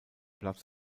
platz